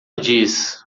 diz